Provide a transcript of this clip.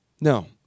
No